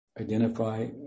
identify